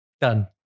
Done